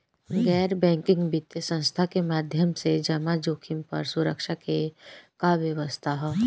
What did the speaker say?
गैर बैंकिंग वित्तीय संस्था के माध्यम से जमा जोखिम पर सुरक्षा के का व्यवस्था ह?